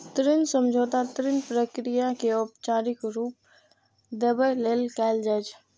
ऋण समझौता ऋण प्रक्रिया कें औपचारिक रूप देबय लेल कैल जाइ छै